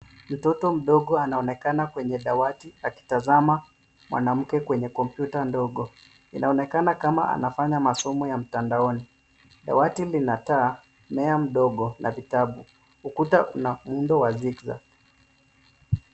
Mtoto mdogo anaonekana kwenye dawati alitazama mwanamke kwenye kompyuta ndogo. Inaonekana kama anafanya masomo ya mtandaoni. Dawati lina taa, mmea mdogo na vitabu. Ukuta una muundo wa zigzag.